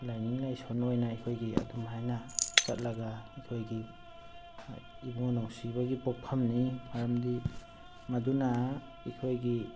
ꯂꯥꯏꯅꯤꯡ ꯂꯥꯏꯁꯣꯟ ꯑꯣꯏꯅ ꯑꯩꯈꯣꯏꯒꯤ ꯑꯗꯨꯝꯍꯥꯏꯅ ꯆꯠꯂꯒ ꯑꯩꯈꯣꯏꯒꯤ ꯏꯕꯨꯡꯉꯣ ꯅꯨꯡꯁꯤꯕꯒꯤ ꯄꯣꯛꯐꯝꯅꯤ ꯃꯔꯝꯗꯤ ꯃꯗꯨꯅ ꯑꯩꯈꯣꯏꯒꯤ